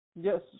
Yes